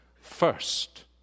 first